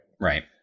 Right